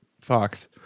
Fox